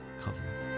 covenant